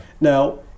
Now